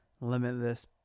limitless